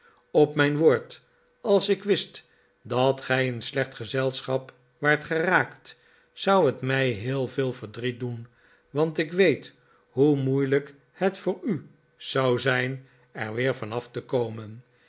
op mijn woord als ik wist dat gij in slecht gezelschap waart geraakt zou het mij heel veel verdriet doen want ik weet hoe moeilijk het voor u zou zijn er weer van af te komen